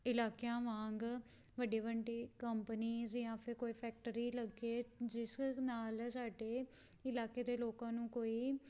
ਇਲਾਕਿਆਂ ਵਾਂਗ ਵੱਡੀ ਵੱਡੀ ਕੰਪਨੀਜ ਜਾਂ ਫਿਰ ਕੋਈ ਫੈਕਟਰੀ ਲੱਗੇ ਜਿਸ ਨਾਲ ਸਾਡੇ ਇਲਾਕੇ ਦੇ ਲੋਕਾਂ ਨੂੰ ਕੋਈ